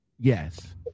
Yes